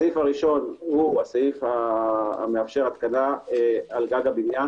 הסעיף הראשון הוא בסעיף המאפשר התקנה על גג הבניין